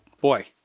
boy